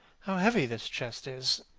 how heavy this chest is!